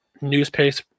newspaper